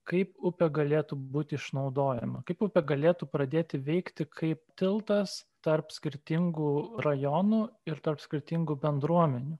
kaip upė galėtų būti išnaudojama kaip upė galėtų pradėti veikti kaip tiltas tarp skirtingų rajonų ir tarp skirtingų bendruomenių